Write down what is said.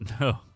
No